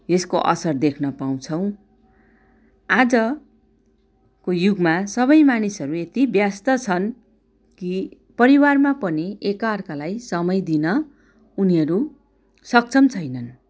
यसको असर देख्न पाउँछौँ आजको युगमा सबै मानिसहरू यति व्यस्त छन् कि परिवारमा पनि एकाअर्कालाई समय दिन उनीहरू सक्षम छैनन्